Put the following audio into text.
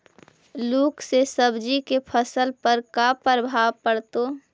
लुक से सब्जी के फसल पर का परभाव पड़तै?